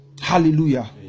Hallelujah